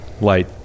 light